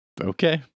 Okay